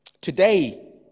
Today